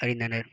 அறிந்தனர்